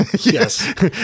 yes